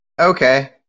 Okay